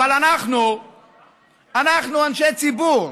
אבל אנחנו אנשי ציבור,